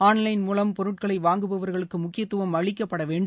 online மூலம் பொருட்களை வாங்குபவர்களுக்கு முக்கியத்துவம் அளிக்கப்பட வேண்டும்